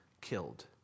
killed